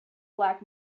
black